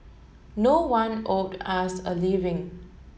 no one owed us a living